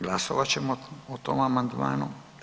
Glasovat ćemo o tom amandmanu.